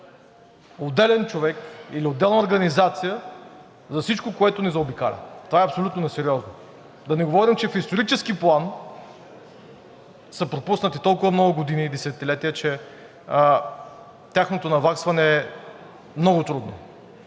отделен човек или отделна организация за всичко, което ни заобикаля. Това е абсолютно несериозно. Да не говорим, че в исторически план са пропуснати толкова много години и десетилетия, че тяхното наваксване е много трудно.